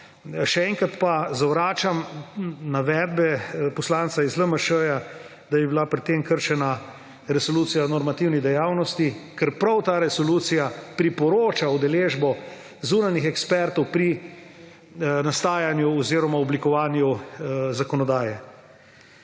Še enkrat pa zavračam navedbe poslanca iz LMŠ, da bi bila pri tem kršena Resolucija o normativni dejavnosti, ker prav ta resolucija priporoča udeležbo zunanjih ekspertov pri nastajanju oziroma oblikovanju zakonodaje.